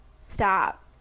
stop